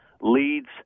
leads